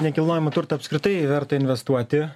nekilnojamą turtą apskritai verta investuoti